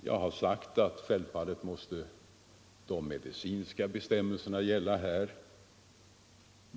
Jag har sagt att de medicinska bestämmelserna självfallet måste gälla.